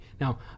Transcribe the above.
Now